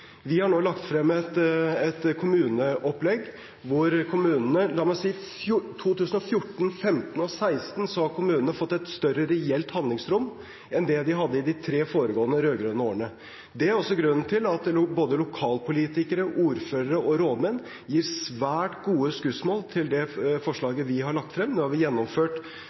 2014, 2015 og 2016 har kommunene fått et større reelt handlingsrom enn de hadde i de tre foregående, rød-grønne årene. Det er også grunnen til at lokalpolitikere, ordførere og rådmenn gir svært gode skussmål til det forslaget vi har lagt frem. Vi har gjennomført